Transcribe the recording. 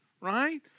right